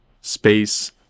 space